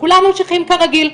וכולם ממשיכים כרגיל.